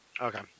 Okay